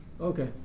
Okay